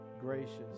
gracious